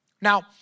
Now